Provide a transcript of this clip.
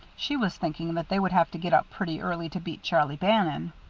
she was thinking that they would have to get up pretty early to beat charlie bannon.